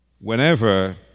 Whenever